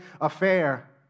affair